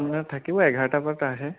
আপোনাৰ থাকিব এঘাৰটা বজাত আহে